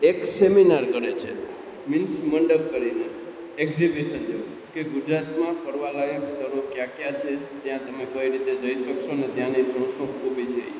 એક સેમિનાર કરે છે મિન્સ મંડપ કરીને એક્ઝિબિસન જેવું કે ગુજરાતમાં ફરવા લાયક સ્થળો ક્યાં ક્યાં છે ત્યાં તમે કઈ રીતે જઈ શકશોને ત્યાંની શું શું ખૂબી છે એ